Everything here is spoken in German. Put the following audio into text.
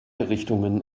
richtungen